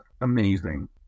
amazing